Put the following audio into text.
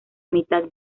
mitad